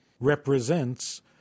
represents